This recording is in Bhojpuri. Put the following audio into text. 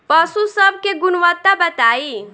पशु सब के गुणवत्ता बताई?